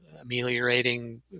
ameliorating